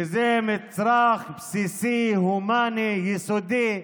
שזה מצרך בסיסי, הומני, יסודי,